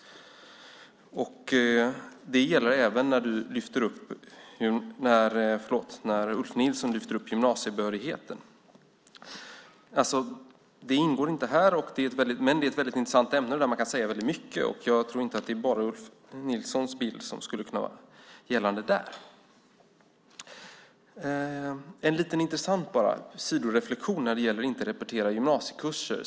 Det gäller även när Ulf Nilsson lyfter upp gymnasiebehörigheten. Det ingår inte här, men det är väldigt intressant ämne där man kan säga väldigt mycket. Jag tror inte att det är bara Ulf Nilssons bild som skulle kunna vara gällande där. Jag vill göra liten intressant sidoreflexion när det gäller att inte repetera gymnasiekurser.